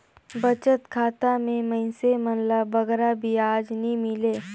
बचत खाता में मइनसे मन ल बगरा बियाज नी मिले